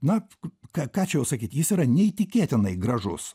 na ką čia jau sakyt jis yra neįtikėtinai gražus